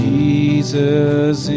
Jesus